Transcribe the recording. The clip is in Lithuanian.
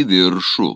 į viršų